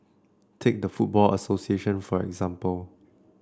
take the football association for example